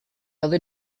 other